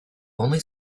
only